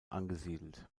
angesiedelt